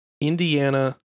Indiana